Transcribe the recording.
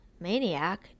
Maniac